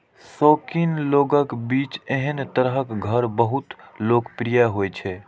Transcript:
शौकीन लोगक बीच एहन तरहक घर बहुत लोकप्रिय होइ छै